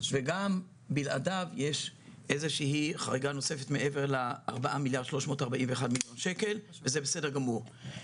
וגם בלעדיו יש איזושהי חריגה נוספת מעבר ל-4.341 מיליארד וזה בסדר גמור.